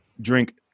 drink